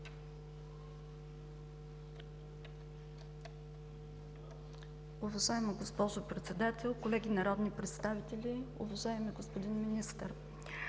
Уважаема госпожо Председател, колеги народни представители, уважаеми господин Министър!